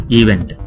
event